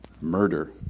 murder